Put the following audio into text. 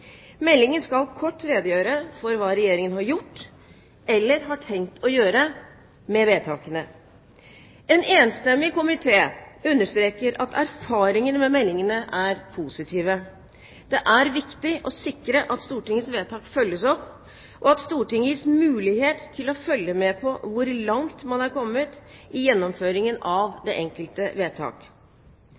Meldingen skal kort redegjøre for hva Regjeringen har gjort – eller har tenkt å gjøre – med vedtakene. En enstemmig komité understreker at erfaringene med meldingene er positive. Det er viktig å sikre at Stortingets vedtak følges opp, og at Stortinget gis mulighet til å følge med på hvor langt man er kommet i gjennomføringen av det enkelte vedtak.